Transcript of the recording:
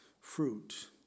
fruit